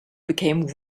became